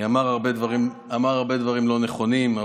אמר הרבה דברים לא נכונים,